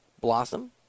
Blossom